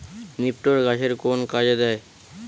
নিপটর গাছের কোন কাজে দেয়?